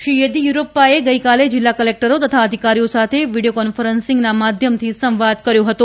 શ્રી યેદીયુરપ્પાએ ગઈકાલે જિલ્લા કલેક્ટરો તથા અધિકારીઓ સાથે વીડિયો કોન્ફરન્સીંગના માધ્યમથી સંવાદ કર્યો હતો